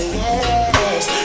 yes